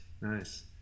Nice